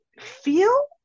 feel